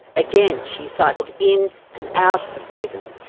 again, she cycled in and out of prison.